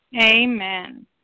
Amen